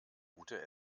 gute